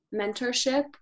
mentorship